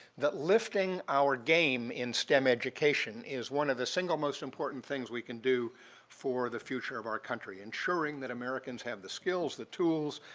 that lifting our game in stem education is one of the single most important things we can do for the future of our country, ensuring that americans have the skills, the tools,